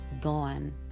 gone